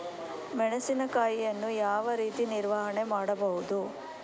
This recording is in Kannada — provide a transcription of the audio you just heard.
ಮೆಣಸಿನಕಾಯಿಯನ್ನು ಯಾವ ರೀತಿ ನಿರ್ವಹಣೆ ಮಾಡಬಹುದು?